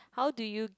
how do you